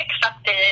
accepted